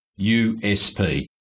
USP